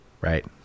right